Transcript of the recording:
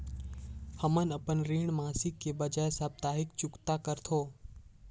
हमन अपन ऋण मासिक के बजाय साप्ताहिक चुकता करथों